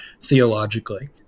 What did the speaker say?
theologically